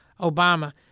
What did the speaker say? Obama